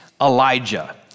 Elijah